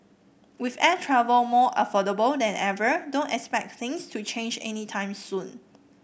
with air travel more affordable than ever don't expect things to change any time soon